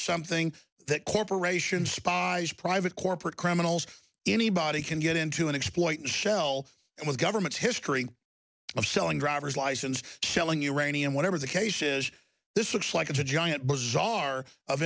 something that corporations spies private corporate criminals anybody can get into an exploit shell with governments history of selling driver's license shelling uranium whatever the case is this looks like a giant bazaar of